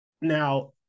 Now